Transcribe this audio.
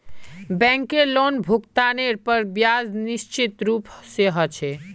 बैंकेर लोनभुगतानेर पर ब्याज निश्चित रूप से ह छे